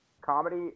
Comedy